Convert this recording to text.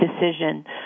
decision